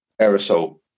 aerosol